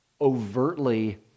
overtly